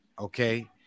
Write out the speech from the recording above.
Okay